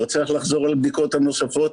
לא צריך לחזור על הבדיקות הנוספות,